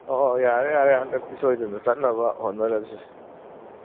ꯑꯣ ꯌꯥꯔꯦ ꯌꯥꯔꯦ ꯍꯟꯗꯛꯇꯤ ꯁꯣꯏꯗꯅ ꯆꯠꯅꯕ ꯍꯣꯠꯅꯔꯁꯤ